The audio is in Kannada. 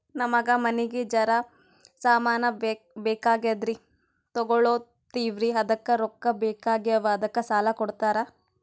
ನಮಗ ಮನಿಗಿ ಜರ ಸಾಮಾನ ಬೇಕಾಗ್ಯಾವ್ರೀ ತೊಗೊಲತ್ತೀವ್ರಿ ಅದಕ್ಕ ರೊಕ್ಕ ಬೆಕಾಗ್ಯಾವ ಅದಕ್ಕ ಸಾಲ ಕೊಡ್ತಾರ?